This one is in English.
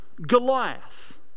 Goliath